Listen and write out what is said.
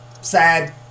Sad